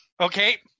Okay